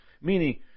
Meaning